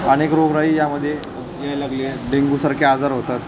अनेक रोगराई यामध्ये यायला लागली आहे डेंगूसारखे आजार होतात